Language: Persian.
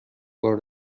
بار